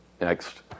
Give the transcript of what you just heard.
Next